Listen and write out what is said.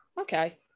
okay